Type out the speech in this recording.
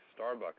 Starbucks